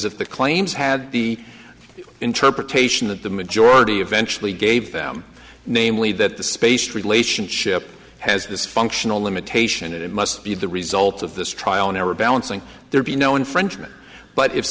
if the claims had the interpretation that the majority of eventually gave them namely that the space relationship has this functional limitation it must be the result of this trial and error balancing there be no infringement but if